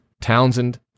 Townsend